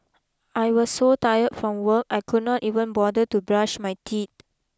I was so tired from work I could not even bother to brush my teeth